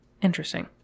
Interesting